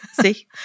See